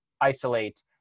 isolate